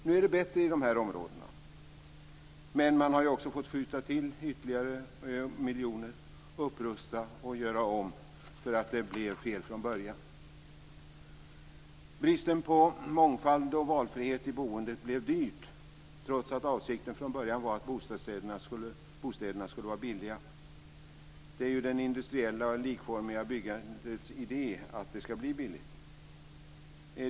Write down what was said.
Nu är det bättre i de här områdena, men man har också fått skjuta till ytterligare miljoner, upprusta och göra om för att det blev fel från början. Bristen på mångfald och valfrihet i boendet gjorde att det blev dyrt, trots att avsikten från början var att bostäderna skulle vara billiga. Det är ju det industriella likformiga byggandets idé att det ska bli billigt.